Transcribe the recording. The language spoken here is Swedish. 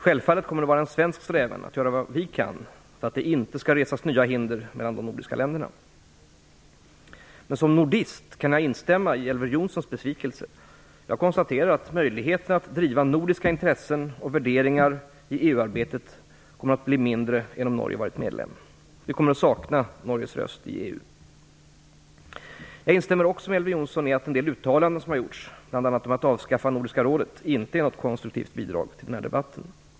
Självfallet kommer det att vara en svensk strävan att göra vad vi kan för att det inte skall resas nya hinder mellan de nordiska länderna. Men som nordist kan jag instämma i Elver Jonssons besvikelse. Jag konstaterar att möjligheterna att driva nordiska intressen och värderingar i EU-arbetet kommer att bli mindre än om Norge hade varit medlem. Vi kommer att sakna Norges röst i EU. Jag instämmer också med Elver Jonsson i att en del uttalanden som gjorts, bl.a. om att avskaffa Nordiska rådet, inte är något konstruktivt bidrag till debatten.